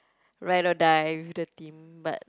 ride or die with the team but